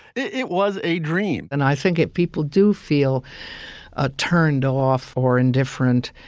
it was a dream and i think if people do feel ah turned off or indifferent